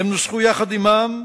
הם נוסחו יחד עמם,